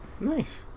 nice